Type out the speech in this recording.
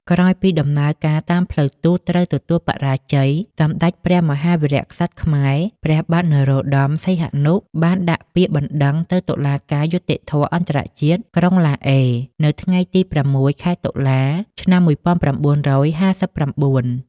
ក្រោយពីដំណើរការតាមផ្លូវទូតត្រូវទទួលបរាជ័យ សម្តេចព្រះមហាវីរក្សត្រខ្មែរ ព្រះបាទ នរោត្តម សីហនុ បានដាក់ពាក្យបណ្តឹងទៅតុលាការយុត្តិធម៌អន្តរជាតិ ក្រុងឡាអេ នៅថ្ងៃទី៦ ខែតុលា ឆ្នាំ១៩៥៩ ។